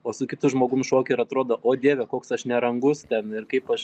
o su kitu žmogum šoki ir atrodo o dieve koks aš nerangus ten ir kaip aš